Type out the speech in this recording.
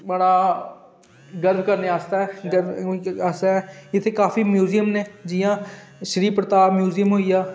बड़ा गर्व करने आस्तै असें इत्थैं काफी म्यूज़ियम न जि'यां श्री प्रताप म्यूज़ियम होईआ